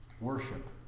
Worship